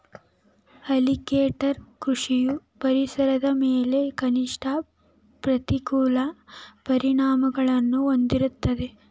alligator ಕೃಷಿಯು ಪರಿಸರದ ಮೇಲೆ ಕನಿಷ್ಠ ಪ್ರತಿಕೂಲ ಪರಿಣಾಮಗಳನ್ನು ಹೊಂದಿರ್ತದೆ